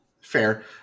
Fair